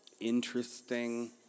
interesting